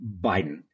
Biden